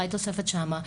אולי תוספת שם,